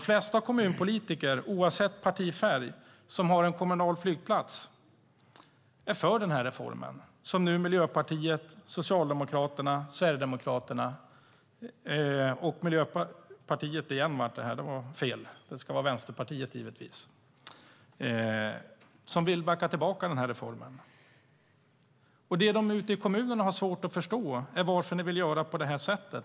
I kommuner med en kommunal flygplats är de flesta politiker, oavsett partifärg, för den reform som Miljöpartiet, Socialdemokraterna, Sverigedemokraterna och Vänsterpartiet vill backa tillbaka. Det de ute i kommunerna har svårt att förstå är varför ni vill göra på detta sätt.